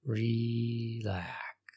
relax